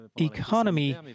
economy